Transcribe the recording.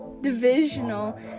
divisional